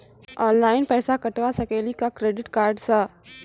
Online पैसा कटवा सकेली का क्रेडिट कार्ड सा?